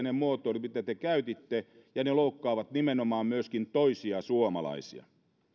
ne muotoilut mitä te käytitte loukkaavat toista ihmistä ja ne loukkaavat nimenomaan myöskin toisia suomalaisia